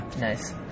Nice